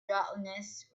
darkness